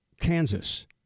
Kansas